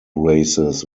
races